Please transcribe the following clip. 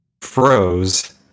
froze